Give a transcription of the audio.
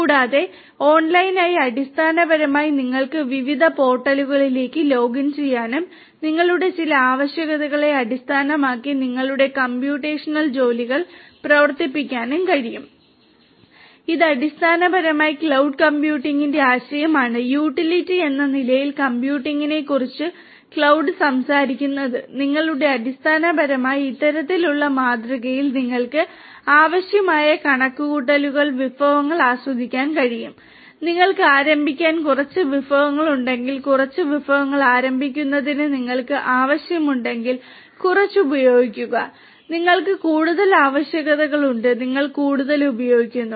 കൂടാതെ ഓൺലൈനായി അടിസ്ഥാനപരമായി നിങ്ങൾക്ക് വിവിധ പോർട്ടലുകളിലേക്ക് ലോഗിൻ ചെയ്യാനും നിങ്ങളുടെ ചില ആവശ്യകതകളെ അടിസ്ഥാനമാക്കി നിങ്ങളുടെ കമ്പ്യൂട്ടേഷണൽ ജോലികൾ പ്രവർത്തിപ്പിക്കാനും കഴിയും ഇത് അടിസ്ഥാനപരമായി ക്ലൌഡ് കമ്പ്യൂട്ടിംഗിന്റെ ആശയമാണ് യൂട്ടിലിറ്റി എന്ന നിലയിൽ കമ്പ്യൂട്ടിംഗിനെക്കുറിച്ചാണ് ക്ലൌഡ് സംസാരിക്കുന്നത് നിങ്ങൾക്ക് അടിസ്ഥാനപരമായി ഇത്തരത്തിലുള്ള മാതൃകയിൽ നിങ്ങൾക്ക് ആവശ്യമായ കണക്കുകൂട്ടൽ വിഭവങ്ങൾ ആസ്വദിക്കാൻ കഴിയും നിങ്ങൾക്ക് ആരംഭിക്കാൻ കുറച്ച് വിഭവങ്ങളുണ്ടെങ്കിൽ കുറച്ച് വിഭവങ്ങൾ ആരംഭിക്കുന്നതിന് നിങ്ങൾക്ക് ആവശ്യമുണ്ടെങ്കിൽ കുറച്ച് ഉപയോഗിക്കുക നിങ്ങൾക്ക് കൂടുതൽ ആവശ്യകതകൾ ഉണ്ട് നിങ്ങൾ കൂടുതൽ ഉപയോഗിക്കുന്നു